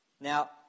Now